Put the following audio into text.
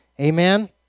Amen